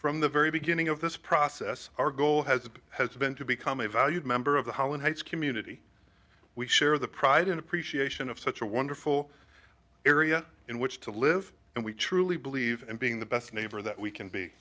from the very beginning of this process our goal has been has been to become a valued member of the holland heights community we share the pride and appreciation of such a wonderful area in which to live and we truly believe in being the best neighbor that we can be